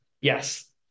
yes